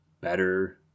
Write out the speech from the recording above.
better